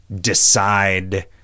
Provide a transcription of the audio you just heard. decide